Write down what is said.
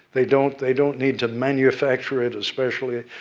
they don't they don't need to manufacture it, especially.